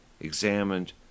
examined